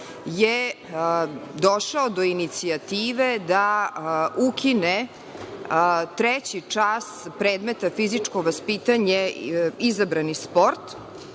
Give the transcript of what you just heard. je došao do inicijative da ukine treći čas predmeta fizičko vaspitanje, izabrani sport?